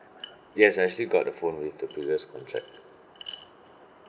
yes I actually got the phone with the previous contract